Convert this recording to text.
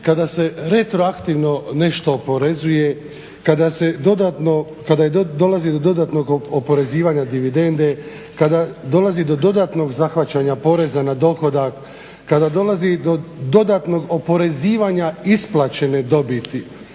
kada se retroaktivno nešto oporezuje, kada dolazi do dodatnog oporezivanja dividende, kada dolazi do dodatnog zahvaćanja poreza na dohodak, kada dolazi do dodatnog oporezivanja isplaćene dobiti,